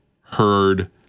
heard